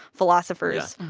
philosophers.